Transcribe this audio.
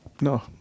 No